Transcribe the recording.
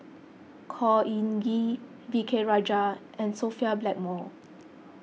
Khor Ean Ghee V K Rajah and Sophia Blackmore